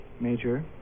Major